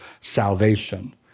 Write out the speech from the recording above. salvation